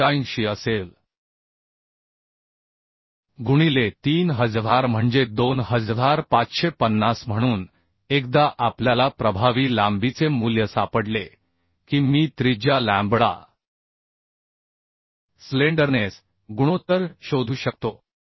85असेल गुणिले 3000 म्हणजे 2550 तर एकदा आपल्याला प्रभावी लांबीचे मूल्य सापडले की मी त्रिज्या लॅम्बडा स्लेंडरनेस गुणोत्तर शोधू शकतो